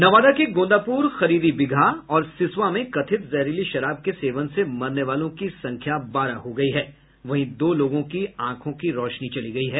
नवादा के गोंदापुर खरीदी बिगहा और सिसवां में कथित जहरीली शराब के सेवन से मरने वालों की संख्या बारह हो गई है वहीं दो लोगों के आंखों की रौशनी चली गई है